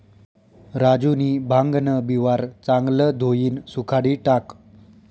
राजूनी भांगन बिवारं चांगलं धोयीन सुखाडी टाकं